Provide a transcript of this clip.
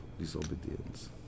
disobedience